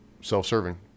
self-serving